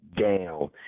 down